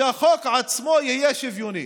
שהחוק עצמו יהיה שוויוני.